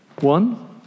one